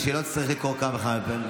כדי שהיא לא תצטרך לקרוא כמה וכמה פעמים.